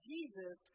Jesus